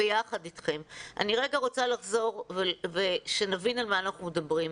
אני רוצה שנבין על מה אנחנו מדברים.